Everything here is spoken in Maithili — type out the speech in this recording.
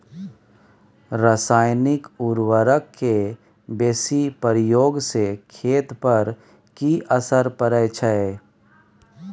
रसायनिक उर्वरक के बेसी प्रयोग से खेत पर की असर परै छै?